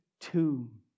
tomb